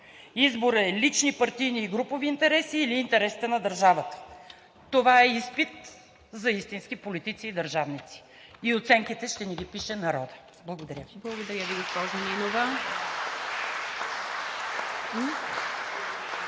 Изборът е лични партийни и групови интереси или интересите на държавата. Това е изпит за истински политици и държавници и оценките ще ни ги пише народът. Благодаря Ви. (Ръкопляскания от